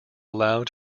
allowed